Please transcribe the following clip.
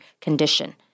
condition